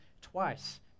twice